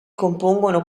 compongono